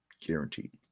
guaranteed